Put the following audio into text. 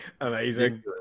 Amazing